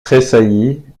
tressaillit